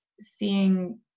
seeing